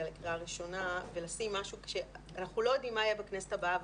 על קריאה ראשונה ולשים משהו כשאנחנו לא יודעים מה יהיה בכנסת הבאה.